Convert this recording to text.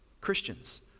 Christians